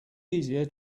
easier